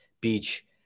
Beach